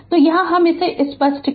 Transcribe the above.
तो हम इसे स्पष्ट कर दे